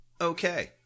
Okay